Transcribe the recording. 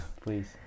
please